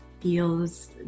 feels